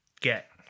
get